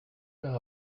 faire